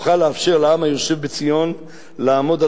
תוכל לאפשר לעם היושב בציון לעמוד על